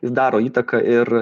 jis daro įtaką ir